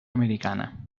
americana